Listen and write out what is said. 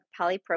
polypropylene